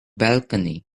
balcony